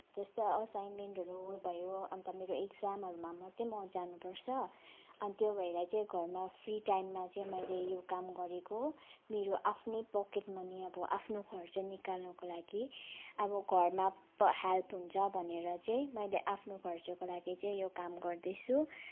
जस्तै असाइन्मेन्टहरू भयो अन्त मेरो एक्जामहरूमा मात्रै म जानुपर्छ अनि त्यो भएर चाहिँ घरमा फ्री टाइममा चाहिँ मैले यो काम गरेको मेरो आफ्नै पकेट मनी अब आफ्नो खर्च निकाल्नुको लागि अब घरमा त हेल्प हुन्छ भनेर चाहिँ मैले आफ्नो खर्चको लागि चाहिँ यो काम गर्दैछु